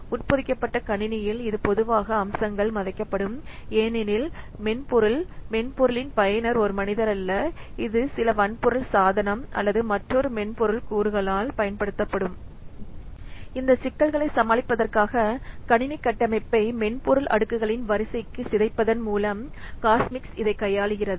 உட்பொதிக்கப்பட்ட கணினியில் இந்த பொதுவாக அம்சங்கள் மறைக்கப்படும் ஏனெனில் மென்பொருள் மென்பொருளின் பயனர் ஒரு மனிதர் அல்ல இது சில வன்பொருள் சாதனம் அல்லது மற்றொரு மென்பொருள் கூறுகளால் பயன்படுத்தப்படும்